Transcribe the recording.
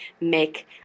make